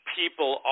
people